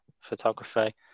photography